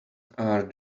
are